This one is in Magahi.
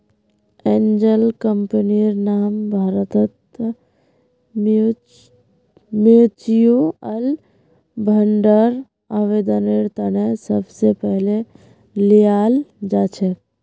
एंजल कम्पनीर नाम भारतत म्युच्युअल फंडर आवेदनेर त न सबस पहले ल्याल जा छेक